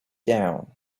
down